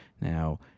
Now